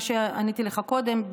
מה שעניתי לך קודם,